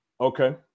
Okay